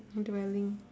onto my link